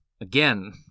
again